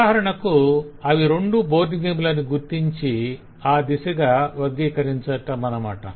ఉదాహరణకు అవి రెండూ బోర్డు గేములని గుర్తించి ఆ దిశగా వర్గీకరించటమనమాట